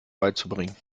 beizubringen